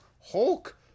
Hulk